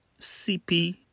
CP